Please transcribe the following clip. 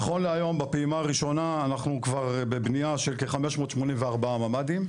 נכון להיום בפעימה הראשונה אנחנו כבר בבנייה של כ-584 ממ"דים,